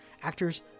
actors